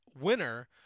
winner